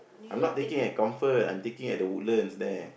I'm not taking at Comfort I'm taking at the Woodlands there